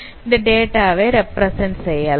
இந்த டேட்டாவை ரெப்பிரசன்ட் செய்யலாம்